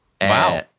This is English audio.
wow